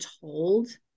told